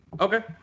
okay